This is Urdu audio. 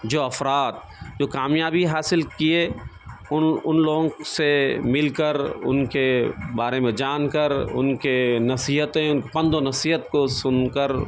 جو افراد جو کامیابی حاصل کیے ان ان لوگوں سے مل کر ان کے بارے میں جان کر ان کے نصیحتیں پند و نصیحت کو سن کر